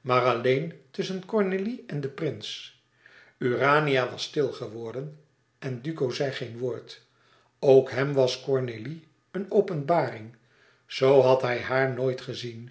maar alleen tusschen cornélie en den prins urania was stil geworden en duco zei geen woord ook hem was cornélie eene openbaring oo had hij haar nooit gezien